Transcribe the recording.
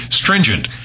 stringent